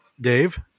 Dave